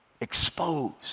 exposed